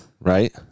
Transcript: Right